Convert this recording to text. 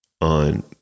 on